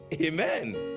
Amen